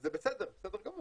וזה בסדר, בסדר גמור.